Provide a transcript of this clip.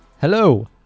Hello